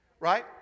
Right